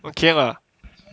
okay lah